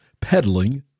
peddling